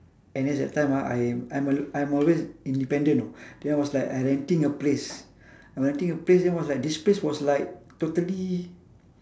N_S that time ah I'm I'm I'm always independent you know then I was like renting a place I renting a place then was like this place was like totally